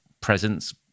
presence